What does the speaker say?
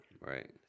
Right